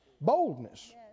boldness